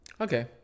Okay